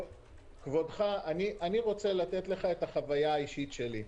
אתן לך את החוויה האישית שלי.